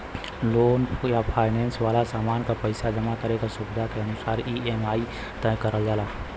loan या finance वाला सामान क पइसा जमा करे क सुविधा के अनुसार ई.एम.आई तय करल जाला